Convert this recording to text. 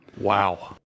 Wow